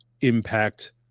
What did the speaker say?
impact